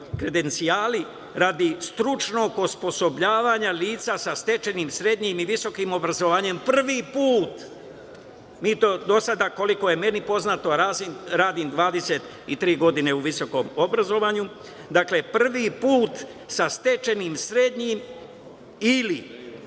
kredencijali radi stručnog osposobljavanja lica sa stečnim srednjim i visokim obrazovanjem, prvi put, mi to do sada, koliko je meni poznato, radim 23 godine u visokom obrazovanju, dakle, prvi put, sa stečenim srednjim ili